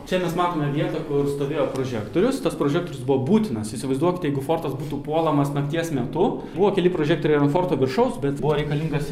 čia mes matome vietą kur stovėjo prožektorius tas prožektorius buvo būtinas įsivaizduokite jeigu fortas būtų puolamas nakties metu buvo keli prožektoriai ir ant forto viršaus bet buvo reikalingas